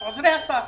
עוזרי השר.